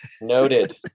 Noted